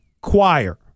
Choir